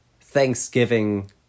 Thanksgiving